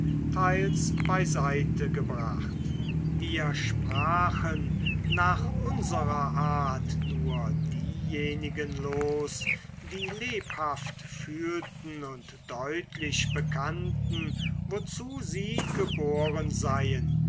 teils beiseitegebracht wir sprachen nach unserer art nur diejenigen los die lebhaft fühlten und deutlich bekannten wozu sie geboren seien